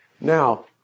Now